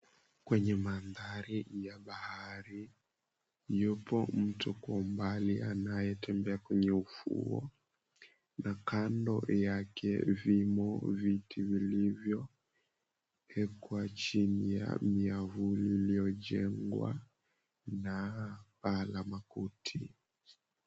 Kwenye maandhari ya bahari yupo mtu kwa umbali akiwa kwenye ufuo na kando yake vimo viti vilivyoekwa chini ya miavuli iliyojengwa na paa la makuti.